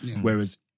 Whereas